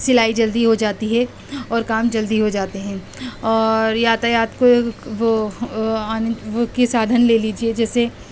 سلائی جلدی ہو جاتی ہے اور کام جلدی ہوجاتے ہیں اور یاتایات کو وہ وہ کے سادھن لے لیجیے جیسے